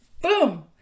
Boom